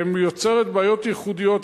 יוצרת בעיות ייחודיות.